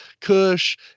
Kush